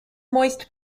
moist